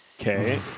Okay